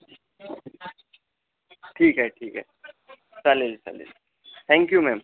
ठीक आहे ठीक आहे चालेल चालेल थँक्यू मॅम